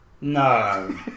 No